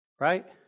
right